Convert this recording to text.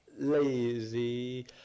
lazy